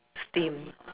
steam